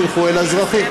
הם ילכו לאזרחים.